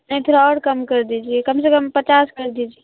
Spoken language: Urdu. نہیں تھوڑا اور کم کر دیجیے کم سے کم پچاس کر دیجیے